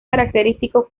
característicos